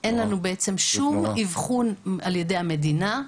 שום אבחון על ידי המדינה,